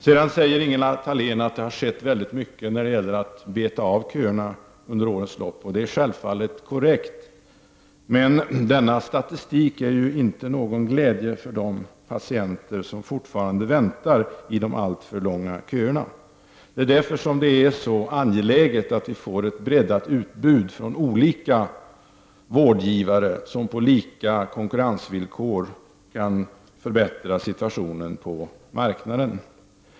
Ingela Thalén säger att det har skett mycket när det gäller att beta av köerna under årens lopp. Det är självfallet korrekt. Men denna statistik är inte till någon glädje för de patienter som fortfarande väntar i de alltför långa köerna. Därför är det angeläget att vi får ett breddat utbud från olika vårdgivare som på lika konkurrensvillkor kan förbättra situationen på marknaden.